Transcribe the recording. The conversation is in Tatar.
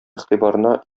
игътибарына